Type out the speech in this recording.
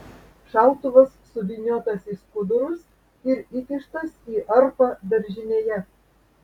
šautuvas suvyniotas į skudurus ir įkištas į arpą daržinėje